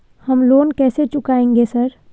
हम लोन कैसे चुकाएंगे सर?